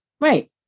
Right